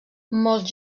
molts